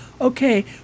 okay